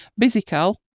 BusyCal